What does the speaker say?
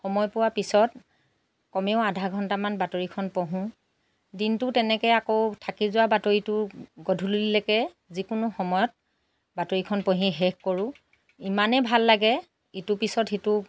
সময় পোৱাৰ পিছত কমেও আধা ঘণ্টামান বাতৰিখন পঢ়োঁ দিনটো তেনেকৈ আকৌ থাকি যোৱা বাতৰিটো গধূলিলৈকে যিকোনো সময়ত বাতৰিখন পঢ়ি শেষ কৰোঁ ইমানে ভাল লাগে ইটোৰ পিছত সিটো